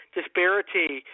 disparity